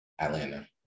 Atlanta